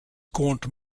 gaunt